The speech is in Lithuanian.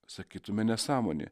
sakytumėme nesąmonė